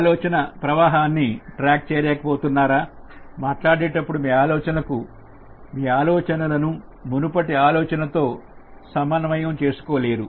ఆలోచనల ప్రవాహాన్ని ట్రాక్ చేయలేకపోతున్నారా మాట్లాడేటప్పుడు మీ ఆలోచనలను మునుపటి ఆలోచనలతోసమన్వయం చేసుకోలేరు